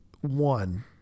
One